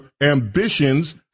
ambitions